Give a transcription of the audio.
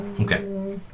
Okay